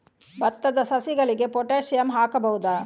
ಭತ್ತದ ಸಸಿಗಳಿಗೆ ಪೊಟ್ಯಾಸಿಯಂ ಹಾಕಬಹುದಾ?